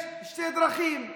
יש שתי דרכים,